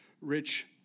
rich